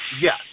Yes